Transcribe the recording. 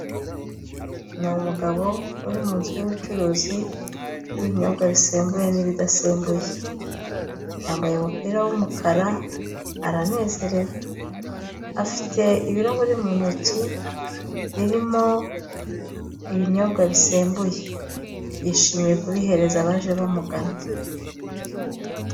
Ni umugabo uri mu nzu y'ubucuruzi y'ibinyobwa bisembuye n'ibidasembuye yambaye umupira w'umukara aranezerewe afite ibirahure mu ntoki birimo ibinyobwa bisembuye yishimiye kubihereza abaje bamugana.